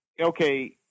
Okay